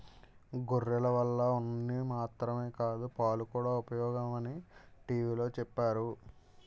గొర్రెల వల్ల ఉన్ని మాత్రమే కాదు పాలుకూడా ఉపయోగమని టీ.వి లో చెప్పేరు